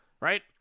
right